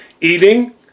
eating